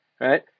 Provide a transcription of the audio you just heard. right